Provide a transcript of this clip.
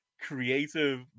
creative